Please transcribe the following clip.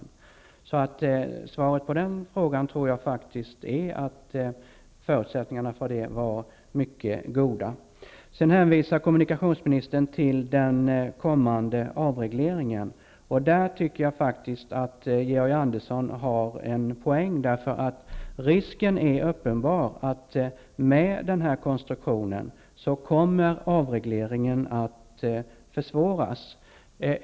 Jag anser att svaret på frågan är att förutsättningarna var mycket goda. Kommunikationsministern hänvisar till den kommande avregleringen. Jag tycker att Georg Andersson har en poäng där. Risken är uppenbar att med denna konstruktion kommer avregleringen att försvåras.